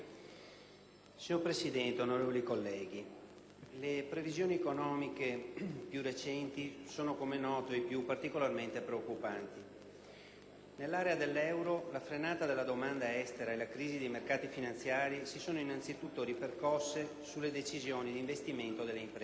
Signor Presidente, onorevoli colleghi, le previsioni economiche più recenti sono, come è noto ai più, particolarmente preoccupanti. Nell'area dell'euro, la frenata della domanda estera e la crisi dei mercati finanziari si sono innanzitutto ripercosse sulle decisioni di investimento delle imprese.